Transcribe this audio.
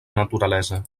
naturalesa